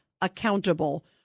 accountable